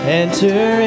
enter